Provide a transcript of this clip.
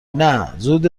نه، زود